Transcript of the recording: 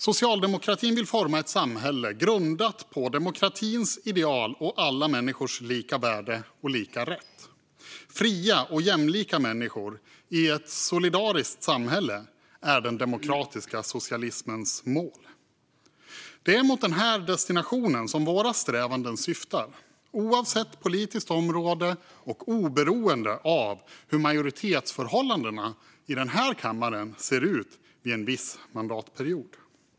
Socialdemokratin vill forma ett samhälle grundat på demokratins ideal och alla människors lika värde och lika rätt. Fria och jämlika människor i ett solidariskt samhälle är den demokratiska socialismens mål. Det är mot den destinationen som våra strävanden syftar, oavsett politiskt område och oberoende av hur majoritetsförhållandena i den här kammaren ser ut under en viss mandatperiod.